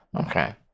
Okay